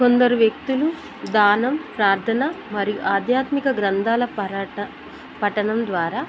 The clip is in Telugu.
కొందరు వ్యక్తులు దానం ప్రార్థన మరియు ఆధ్యాత్మిక గ్రంథాల పఠణం ద్వారా